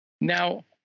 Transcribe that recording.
Now